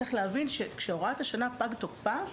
צריך להבין שכשהוראת השנה פג תוקפה,